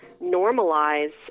normalize